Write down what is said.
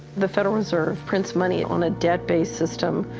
the federal reserve prints money on a debt-based system,